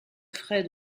frais